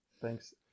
Thanks